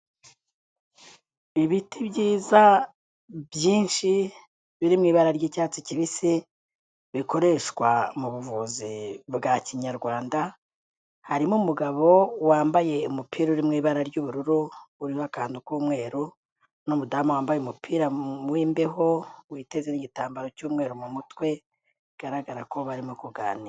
Ibiti byiza byinshi biri mu ibara ry'icyatsi kibisi bikoreshwa mu buvuzi bwa Kinyarwanda harimo umugabo wambaye umupira uri mu ibara ry'ubururu uriho akantu k'umweru n' n'umudamu wambaye umupira w'imbeho witeze n'igitambaro cy'umweru mu mutwe bigaragara ko barimo kuganira.